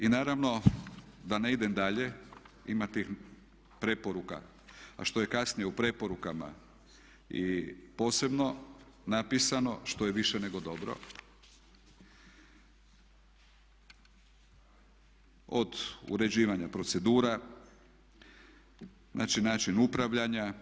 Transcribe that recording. I naravno da ne idem dalje ima tih preporuka, a što je kasnije u preporukama i posebno napisano što je više nego dobro od uređivanja procedura, znači način upravljanja.